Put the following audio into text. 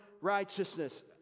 righteousness